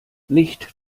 nicht